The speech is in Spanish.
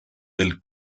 del